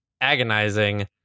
agonizing